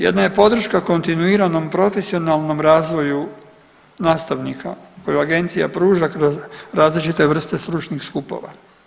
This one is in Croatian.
Jedna je podrška kontinuiranom profesionalnom razvoju nastavnika koju agencija pruža kroz različite vrste stručnih skupova.